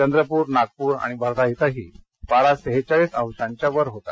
चंद्रप्र नागप्र आणि वर्धा इथंही पारा सेहेचाळीस अंशांच्या वर होता